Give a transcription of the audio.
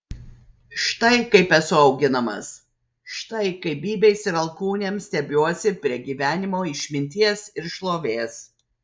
štai kaip esu auginamas štai kaip bybiais ir alkūnėm stiebiuosi prie gyvenimo išminties ir šlovės